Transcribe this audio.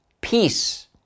peace